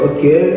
Okay